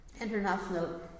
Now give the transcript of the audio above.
International